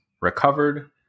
recovered